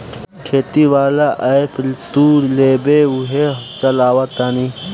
खेती वाला ऐप तू लेबऽ उहे चलावऽ तानी